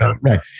right